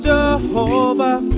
Jehovah